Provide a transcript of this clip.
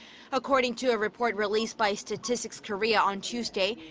according to a report released by statistics korea on tuesday,